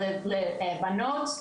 לבנות,